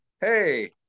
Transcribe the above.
hey